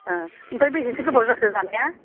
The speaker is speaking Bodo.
ओह ओमफ्राय बेसेसो गोबाव जाखो जानाया